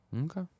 Okay